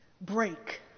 break